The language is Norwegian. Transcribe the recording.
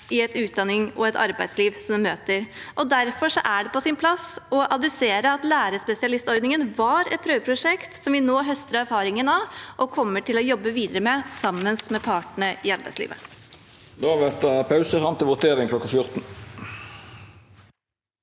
disse utdanningsløpene og i det arbeidslivet vi møter. Derfor er det på sin plass å si at lærerspesialistordningen var et prøveprosjekt som vi nå høster erfaringene av og kommer til å jobbe videre med, sammen med partene i arbeidslivet.